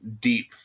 deep